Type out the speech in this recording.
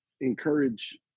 encourage